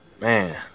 Man